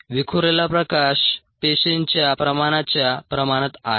विखुरलेला प्रकाश पेशींच्या प्रमाणाच्या प्रमाणात आहे